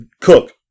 Cook